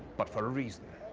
but for a reason.